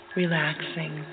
relaxing